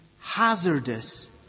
hazardous